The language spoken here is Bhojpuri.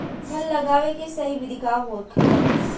फल लगावे के सही विधि का होखेला?